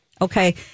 okay